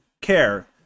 care